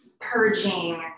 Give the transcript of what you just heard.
purging